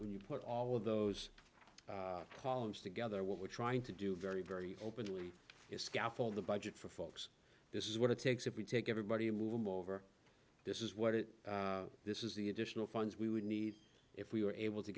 when you put all of those columns together what we're trying to do very very openly is scaffold the budget for folks this is what it takes if we take everybody move them over this is what it this is the additional funds we would need if we were able to